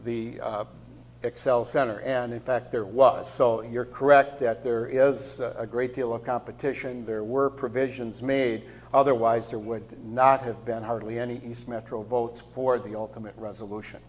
the xcel center and in fact there was so you're correct that there is a great deal of competition there were provisions made otherwise there would not have been hardly any nice metro votes for the all commit resolution